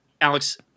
Alex